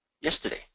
yesterday